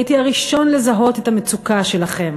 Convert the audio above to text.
הייתי הראשון לזהות את המצוקה שלכם.